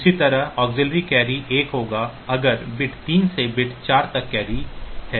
इसी तरह auxiliary carry 1 होगा अगर बिट 3 से बिट 4 तक कैरी है